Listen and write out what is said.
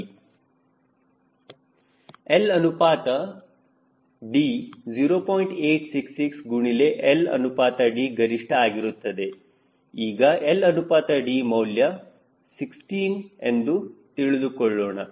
866 ಗುಣಿಲೆ L ಅನುಪಾತ D ಗರಿಷ್ಠ ಆಗಿರುತ್ತದೆ ಈಗ L ಅನುಪಾತ D ಮೌಲ್ಯ 16 ಎಂದು ತೆಗೆದುಕೊಳ್ಳೋಣ